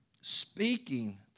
speaking